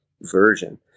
version